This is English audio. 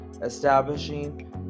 establishing